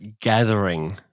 gathering